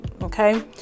Okay